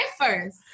first